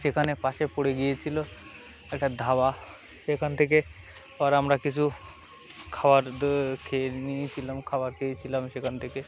সেখানে পাশে পড়ে গিয়েছিলো একটা ধাবা সেখান থেকে পর আমরা কিছু খাবার খেয়ে নিয়েছিলাম খাবার খেয়েছিলাম সেখান থেকে